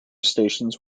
stations